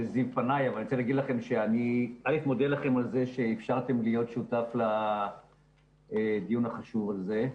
אני מודה לכם על זה שאפשרתם לי להיות שותף לדיון החשוב הזה.